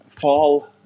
fall